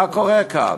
מה קורה כאן?